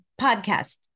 podcast